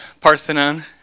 Parthenon